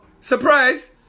surprise